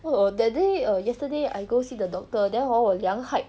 oh err that day err yesterday I go see the doctor then hor 我量 height